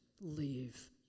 leave